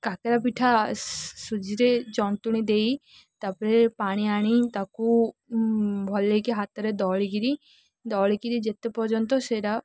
କାକରା ପିଠା ସୁଜିରେ ଜନ୍ତୁଣି ଦେଇ ତାପରେ ପାଣି ଆଣି ତାକୁ ଭଲକି ହାତରେ ଦଳିିକିରି ଦଳିକିରି ଯେତେ ପର୍ଯ୍ୟନ୍ତ ସେଟା